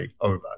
over